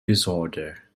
disorder